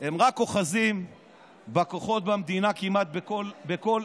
הם רק אוחזים בכוחות במדינה כמעט בכל